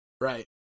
Right